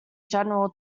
general